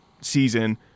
season